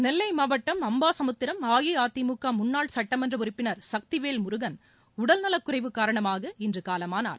நெல்லை மாவட்டம் அம்பாசமுத்திரம் அஇஅதிமுக முன்னாள் சுட்டமன்ற உறுப்பினா் சக்திவேல் முருகன் உடல்நலக் குறைவு காரணமாக இன்று காலமானார்